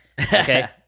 Okay